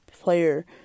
player